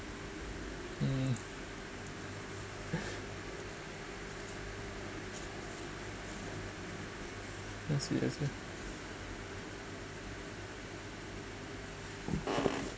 hmm I see I see